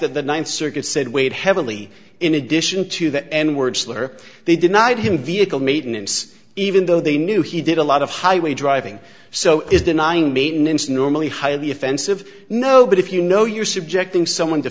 that the ninth circuit said weighed heavily in addition to the n word slur they denied him vehicle maintenance even though they knew he did a lot of highway driving so is denying maintenance normally highly offensive no but if you know you're subjecting someone to